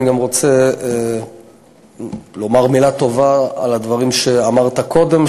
אני גם רוצה לומר מילה טובה על הדברים שאמרת קודם,